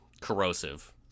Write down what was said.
corrosive